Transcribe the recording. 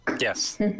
Yes